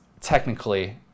technically